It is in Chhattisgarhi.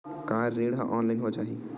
का ऋण ह ऑनलाइन हो जाही?